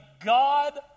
God